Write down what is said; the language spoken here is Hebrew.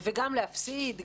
וגם להפסיד,